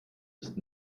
ist